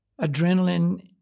adrenaline